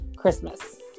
Christmas